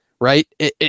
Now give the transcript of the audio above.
right